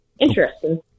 interesting